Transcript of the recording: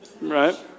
right